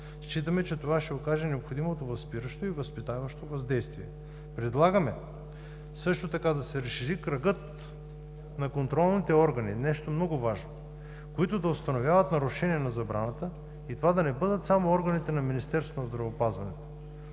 Считаме, че това ще окаже необходимото възпиращо и възпитаващо въздействие. Предлагаме също така да се разшири кръгът на контролните органи – нещо много важно – които да установяват нарушения на забраната и това да не бъдат само органи на Министерството на здравеопазването.